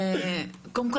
קודם כל,